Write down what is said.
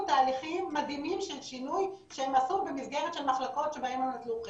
תהליכים מדהימים של שינוי שהם עשו במסגרת של מחלקות שבהן הם נטלו חלק.